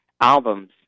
albums